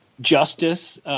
Justice